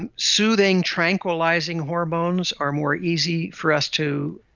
and soothing, tranquilizing hormones are more easy for us to,